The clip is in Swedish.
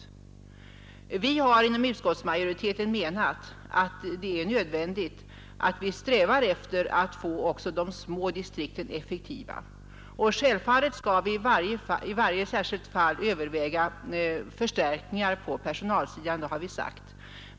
Vi har inom utskottsmajoriteten menat att det är nödvändigt att vi strävar efter att få också de små distrikten effektiva, och självfallet skall man i varje särskilt fall överväga förstärkningar på personalsidan.